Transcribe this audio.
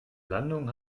landung